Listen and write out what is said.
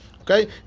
okay